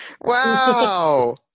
Wow